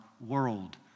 world